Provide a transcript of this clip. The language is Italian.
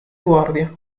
guardia